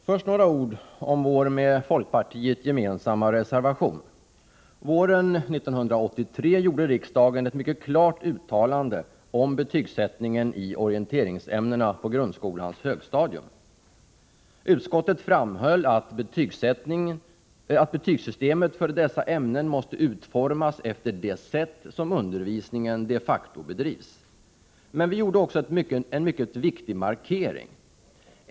Fru talman! Först några ord om vår med folkpartiet gemensamma reservation. Våren 1983 gjorde riksdagen ett mycket klart uttalande om betygsättningen i orienteringsämnena på grundskolans högstadium. Utskottet framhöll att betygssystemet för dessa ämnen måste utformas efter det sätt som undervisningen de facto bedrivs på. Men vi gjorde också en mycket viktig markering.